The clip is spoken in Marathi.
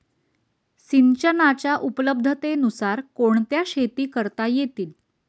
सिंचनाच्या उपलब्धतेनुसार कोणत्या शेती करता येतील?